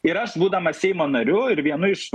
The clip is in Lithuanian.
ir aš būdamas seimo nariu ir vienu iš